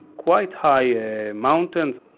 quite high ah mountains,